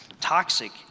Toxic